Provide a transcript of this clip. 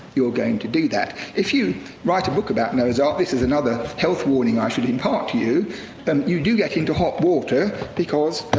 you're going to do that. if you write a book about noah's ark this is another health warning i should impart to you and you do get into hot water, because